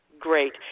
Great